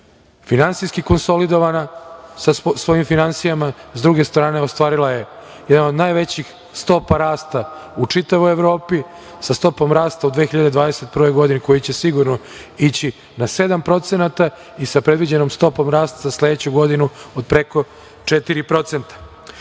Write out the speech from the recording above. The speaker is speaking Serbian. finansijski konsolidovana, sa svojim finansijama, sa druge strane ostvarila je jedan od najvećih stopa rasta u čitavoj Evropi, sa stopom rasta u 2021. godine, koji će sigurno ići na 7% i sa predviđenom stopom rasta za sledeću godinu, od preko 4%.U